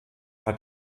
hat